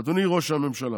"אדוני ראש הממשלה,